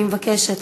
אני מבקשת,